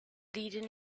leading